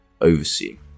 overseeing